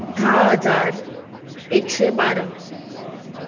धा हजार एकशे बारा